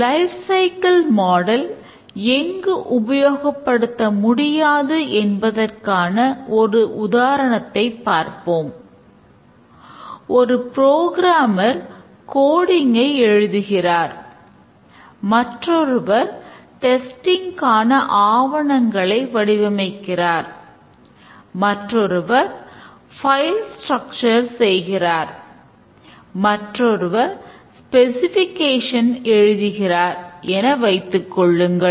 life cycle model எழுதுகிறார் என வைத்துக்கொள்ளுங்கள்